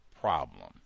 problem